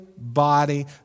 body